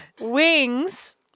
wings